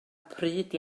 pryd